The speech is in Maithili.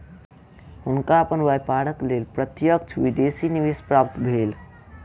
हुनका अपन व्यापारक लेल प्रत्यक्ष विदेशी निवेश प्राप्त भेल